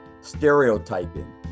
stereotyping